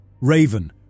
Raven